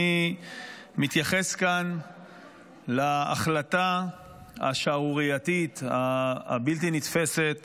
אני מתייחס כאן להחלטה השערורייתית הבלתי-נתפסת